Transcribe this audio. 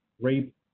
rape